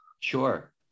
Sure